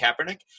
Kaepernick